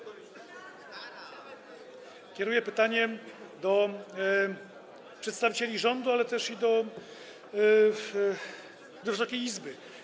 Kieruję pytanie do przedstawicieli rządu, ale też do Wysokiej Izby.